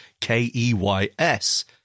K-E-Y-S